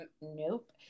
Nope